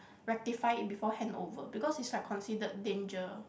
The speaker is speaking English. rectify it before handover because it's like considered danger